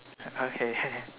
okay